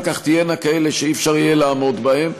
כך תהיינה כאלה שלא יהיה אפשר לעמוד בהן,